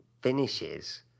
finishes